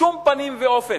בשום פנים ואופן.